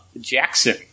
Jackson